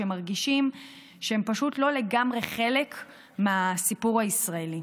שמרגישים שהם פשוט לא לגמרי חלק מהסיפור הישראלי.